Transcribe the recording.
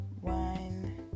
one